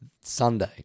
Sunday